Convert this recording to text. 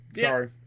sorry